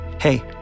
hey